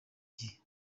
gihe